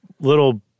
little